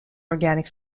organic